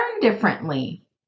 differently